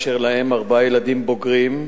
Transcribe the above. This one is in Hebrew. אשר להם ארבעה ילדים בוגרים.